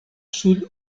sud